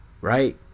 Right